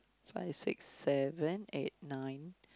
five six seven eight nine